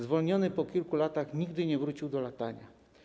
Zwolniony po kilku latach nigdy nie wrócił do latania.